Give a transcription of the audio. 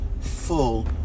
full